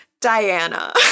Diana